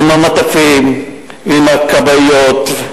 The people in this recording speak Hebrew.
עם המטפים ועם הכבאיות.